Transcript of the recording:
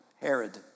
Herod